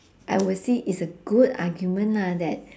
I will see is a good argument lah that